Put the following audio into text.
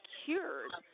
cured